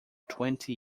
twenty